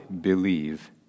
believe